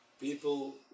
people